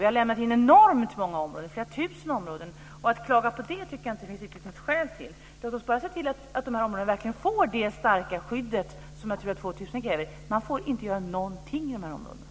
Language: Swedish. Vi har lämnat in enormt många områden, flera tusen områden. Att klaga på det tycker jag inte finns något skäl till. Låt oss bara se till att de områdena får det starka skydd som Natura 2000 kräver. Man får inte göra någonting i de områdena.